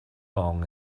long